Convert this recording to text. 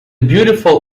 beautiful